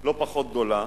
לא פחות גדולה,